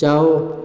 जाओ